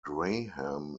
graham